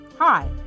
Hi